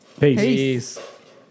Peace